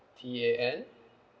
T A N